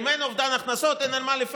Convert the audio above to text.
אם אין אובדן הכנסות, אין על מה לפצות.